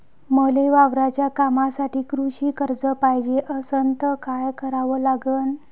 मले वावराच्या कामासाठी कृषी कर्ज पायजे असनं त काय कराव लागन?